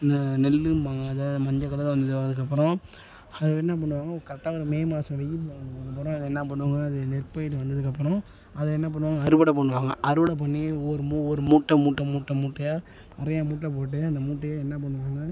நெல்லும்பாங்க அந்த மஞ்ச கலரில் வந்ததுக்கப்புறம் அது என்ன பண்ணுவாங்க கரெக்டாக அந்த மே மாதம் வெயில் வந்ததுக்கப்புறம் அதை என்ன பண்ணுவாங்க அது நெற்பயிர் வந்ததுக்கப்புறம் அதை என்ன பண்ணுவாங்க அறுவடை பண்ணுவாங்க அறுவடை பண்ணி ஒவ்வொரு மூ ஒரு மூட்டை மூட்டை மூட்டை மூட்டையாக நிறையா மூட்டை போட்டு அந்த மூட்டையை என்ன பண்ணுவாங்க